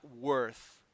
worth